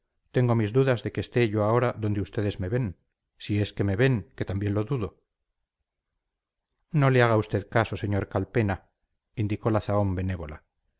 tengo mis dudas de que esté yo ahora donde ustedes me ven si es que me ven que también lo dudo no le haga usted caso señor calpena indicó la zahón benévola